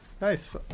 nice